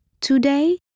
today